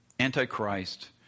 Antichrist